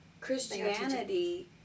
Christianity